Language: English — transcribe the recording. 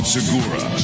Segura